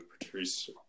Patrice